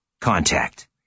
Contact